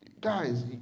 Guys